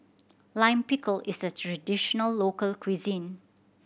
Lime Pickle is a traditional local cuisine